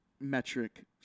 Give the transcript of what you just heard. metric